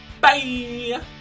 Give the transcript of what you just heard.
Bye